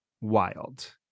Wild